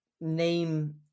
name